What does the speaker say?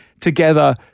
together